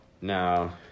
now